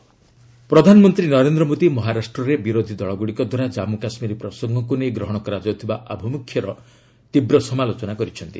PM ପ୍ରଧାନମନ୍ତ୍ରୀ ନରେନ୍ଦ୍ର ମୋଦୀ ମହାରାଷ୍ଟ୍ରରେ ବିରୋଧୀ ଦଳଗୁଡ଼ିକ ଦ୍ୱାରା ଜାନ୍ମୁ କାଶ୍ମୀର ପ୍ରସଙ୍ଗକୁ ନେଇ ଗ୍ରହଣ କରାଯାଉଥିବା ଅଭିମୁଖ୍ୟର ତୀବ୍ର ସମାଲୋଚନା କରିଛନ୍ତି